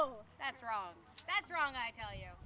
know that's wrong that's wrong i tell you